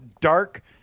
dark